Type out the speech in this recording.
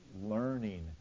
learning